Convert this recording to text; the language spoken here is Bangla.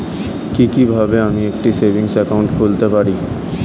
কি কিভাবে আমি একটি সেভিংস একাউন্ট খুলতে পারি?